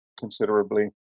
Considerably